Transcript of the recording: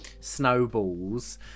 snowballs